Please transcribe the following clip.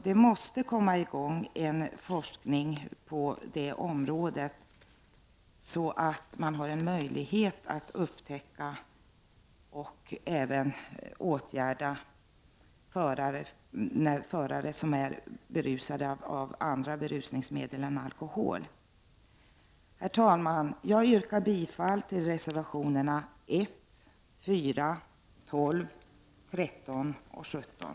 Det måste bli en forskning på detta område, så att man kan upptäcka och även åtgärda förares berusning av annat än alkohol. Herr talman! Jag yrkar bifall till reservationerna 1, 4, 12, 13 och 17.